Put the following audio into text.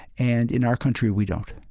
and in our country we don't